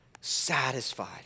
satisfied